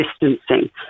distancing